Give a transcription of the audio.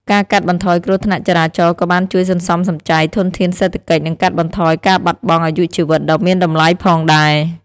ការកាត់បន្ថយគ្រោះថ្នាក់ចរាចរណ៍ក៏បានជួយសន្សំសំចៃធនធានសេដ្ឋកិច្ចនិងកាត់បន្ថយការបាត់បង់អាយុជីវិតដ៏មានតម្លៃផងដែរ។